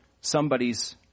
somebody's